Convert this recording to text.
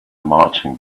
marching